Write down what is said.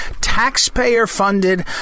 taxpayer-funded